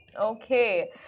Okay